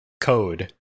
code